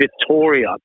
Victoria